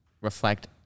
reflect